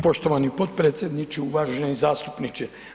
Poštovani potpredsjedniče, uvaženi zastupniče.